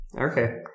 Okay